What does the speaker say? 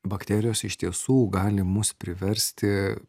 bakterijos iš tiesų gali mus priversti